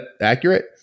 accurate